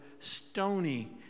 stony